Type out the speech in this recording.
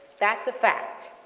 that's a fact.